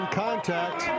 contact